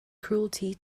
cruelty